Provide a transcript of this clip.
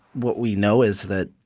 what we know is that,